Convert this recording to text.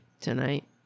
tonight